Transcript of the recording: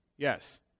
Yes